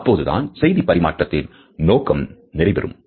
அப்போதுதான் செய்திப் பரிமாற்றத்தின் நோக்கம் நிறைவு பெறும்